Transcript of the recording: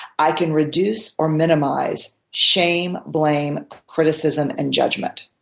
i can reduce or minimize shame, blame, criticism and judgment.